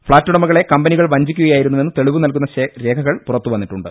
flat ഉടമകളെ കമ്പനികൾ വഞ്ചി ക്കുകയായിരുന്നുവെന്ന് തെളിവുനൽകുന്ന രേഖകൾ പുറത്തു വന്നിട്ടുണ്ട്